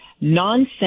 nonsense